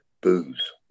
booze